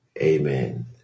Amen